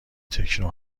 تکنو